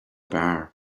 bar